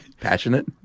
passionate